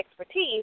expertise